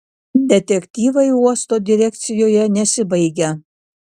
detektyvai uosto direkcijoje nesibaigia